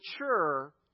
mature